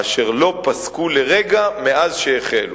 אשר לא פסקו לרגע מאז שהחלו.